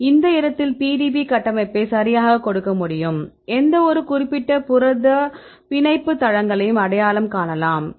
இந்த இடத்தில் PDB கட்டமைப்பை சரியாக கொடுக்க முடியும் எந்தவொரு குறிப்பிட்ட புரத பிணைப்பு தளங்களையும் அடையாளம் காணலாம்